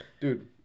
Dude